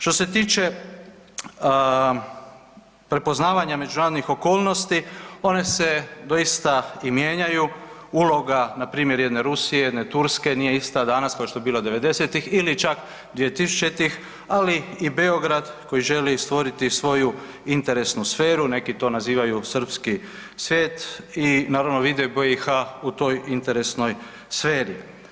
Što se tiče prepoznavanja međunarodnih okolnosti, one se doista i mijenjaju, uloga npr. jedne Rusije, jedne Turske, nije ista danas kao što je bila '90.-tih ili čak 2000.-tih, ali i Beograd koji želi stvoriti svoju interesnu sferu, neki to nazivaju srpski svet i naravno vide BiH u toj interesnoj sferi.